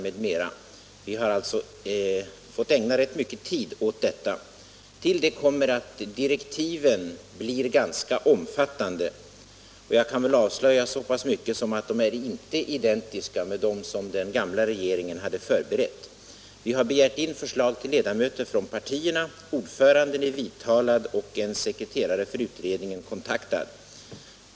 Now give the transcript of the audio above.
Vi har alltså fått ägna rätt mycket tid åt detta. Till detta kommer att direktiven blir ganska omfattande. Jag kan avslöja så mycket som att de inte är identiska med dem som den gamla regeringen hade förberett. Vi har begärt in förslag till ledamöter från partierna, ordföranden är vidtalad och en sekreterare för utredningen kontaktad.